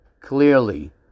clearly